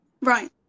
Right